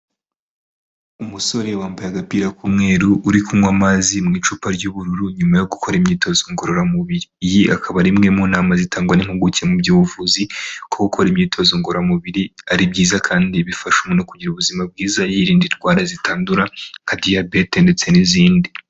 Umusore wambaye agapira k'umweru uri kunywa amazi mu icupa ry'ubururu, nyuma yo gukora imyitozo ngororamubiri. Iyi akaba ari imwe mu nama zitangwa n'impuguke mu by'ubuvuzi ko gukora imyitozo ngororamubiri ari byiza, kandi bifasha umuntu kugira ubuzima bwiza yirinda indwara zitandura nka diyabete ndetse n'izindi.